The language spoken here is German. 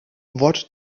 wort